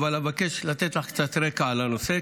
אך אבקש לתת לך קצת רקע על הנושא,